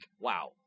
wow